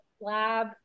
lab